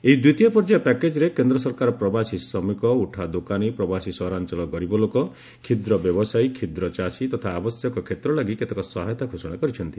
ଏହି ଦ୍ୱିତୀୟ ପର୍ଯ୍ୟାୟ ପ୍ୟାକେଜ୍ରେ କେନ୍ଦ୍ର ସରକାର ପ୍ରବାସୀ ଶ୍ରମିକ ଉଠାଦୋକାନୀ ପ୍ରବାସୀ ସହରାଞ୍ଚଳ ଗରିବ ଲୋକ କ୍ଷୁଦ୍ର ବ୍ୟବସାୟୀ କ୍ଷୁଦ୍ରଚାଷୀ ତଥା ଆବଶ୍ୟକ କ୍ଷେତ୍ର ଲାଗି କେତେକ ସହାୟତା ଘୋଷଣା କରିଛନ୍ତି